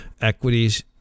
Equities